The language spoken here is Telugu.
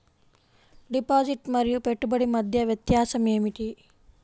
డిపాజిట్ మరియు పెట్టుబడి మధ్య వ్యత్యాసం ఏమిటీ?